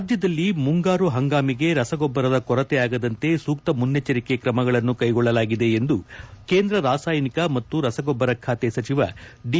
ರಾಜ್ಯದಲ್ಲಿ ಮುಂಗಾರು ಹಂಗಾಮಿಗೆ ರಸಗೊಬ್ಬರದ ಕೊರತೆ ಆಗದಂತೆ ಸೂಕ್ತ ಮುನ್ನೆಚ್ಚರಿಕೆ ಕ್ರಮಗಳನ್ನು ಕೈಗೊಳ್ಳಲಾಗಿದೆ ಎಂದು ಕೇಂದ್ರ ರಾಸಾಯನಿಕ ಮತ್ತು ರಸಗೊಬ್ಬರ ಖಾತೆ ಸಚಿವ ದಿ